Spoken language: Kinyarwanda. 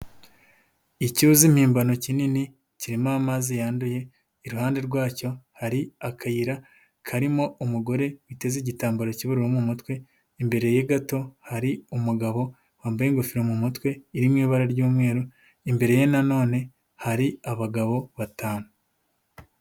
Icyuzi impimbano kinini kirimo amazi yanduye iruhande rwacyo hari akayira karimo umugore witeze igitambaro cy'uburura mu mutwe, imbere ye gato hari umugabo wambaye ingofero mu mutwe iri mu ibara ry'umweru, imbere ye nanone hari abagabo batanu.